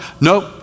Nope